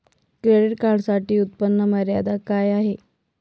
Credit कार्डसाठी उत्त्पन्न मर्यादा काय आहे?